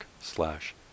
slash